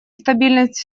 стабильность